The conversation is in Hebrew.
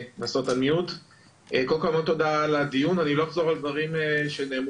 המון תודה על הדיון ואני לא אחזור על דברים שנאמרו.